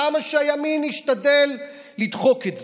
כמה שהימין ישתדל לדחוק את זה.